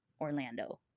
Orlando